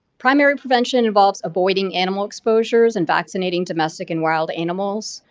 primary prevention involves avoiding animal exposures and vaccinating domestic and wild animals.